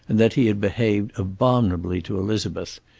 and that he had behaved abominably to elizabeth.